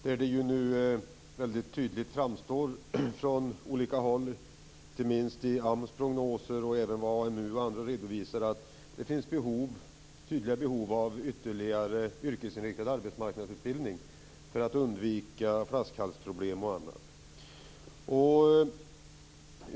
Det framgår tydligt att det finns behov av ytterligare yrkesinriktad arbetsmarknadsutbildning för att undvika flaskhalsproblem.